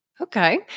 Okay